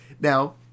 Now